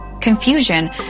Confusion